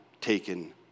taken